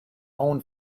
own